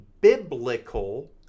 biblical